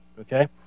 Okay